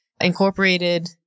incorporated